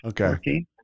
Okay